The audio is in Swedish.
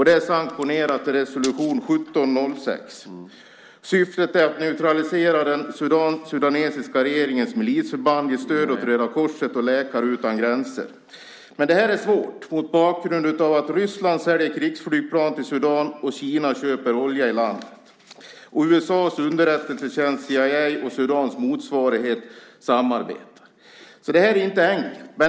Det är sanktionerat av resolution 1706. Syftet är att neutralisera den sudanesiska regeringens milisförband, ge stöd åt Röda Korset och Läkare utan gränser. Men det här är svårt mot bakgrund av att Ryssland säljer krigsflygplan till Sudan och Kina köper olja i landet. USA:s underrättelsetjänst CIA och Sudans motsvarighet samarbetar. Så det är inte enkelt.